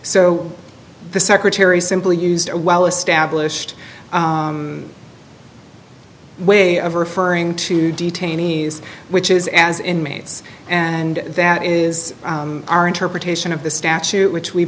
so the secretary simply used a well established way of referring to detainees which is as inmates and that is our interpretation of the statute which we